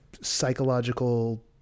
psychological